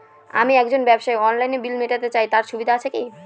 আমি একজন ব্যবসায়ী অনলাইনে বিল মিটাতে চাই তার সুবিধা আছে কি?